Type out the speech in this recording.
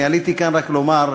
אני עליתי לכאן רק לומר,